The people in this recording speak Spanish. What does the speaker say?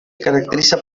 caracterizan